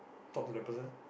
talk to the person